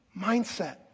mindset